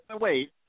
wait